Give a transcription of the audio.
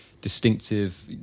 distinctive